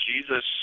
Jesus